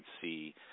see